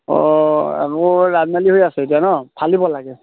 অঁ মোৰ ৰাজমালী হৈ আছে এতিয়া নহ্ ফালিব লাগে